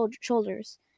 shoulders